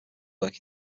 work